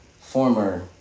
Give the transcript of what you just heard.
former